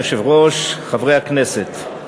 היושב-ראש, חברי הכנסת,